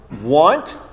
want